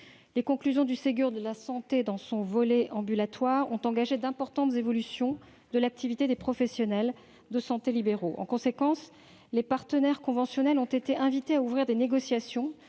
Les conclusions du Ségur de la santé, dans son volet ambulatoire, ont engagé d'importantes évolutions de l'activité des professionnels de santé libéraux. En conséquence, les partenaires conventionnels ont été invités à ouvrir des négociations